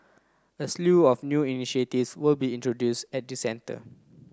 a slew of new will be introduced at the centre